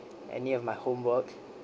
any of my homework